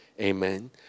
Amen